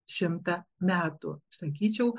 šimtą metų sakyčiau